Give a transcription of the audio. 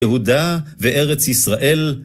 יהודה וארץ ישראל.